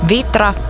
Vitra